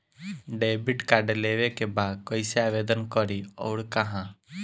Debit card लेवे के बा कइसे आवेदन करी अउर कहाँ?